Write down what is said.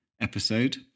episode